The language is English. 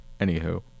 anywho